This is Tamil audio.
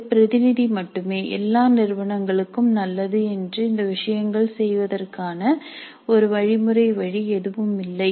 இது பிரதிநிதி மட்டுமே எல்லா நிறுவனங்களுக்கும் நல்லது என்று இந்த விஷயங்களைச் செய்வதற்கான ஒரு வழிமுறை வழி எதுவும் இல்லை